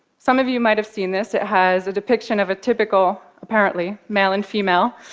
some of you might have seen this. it has a depiction of a typical apparently male and female,